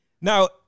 Now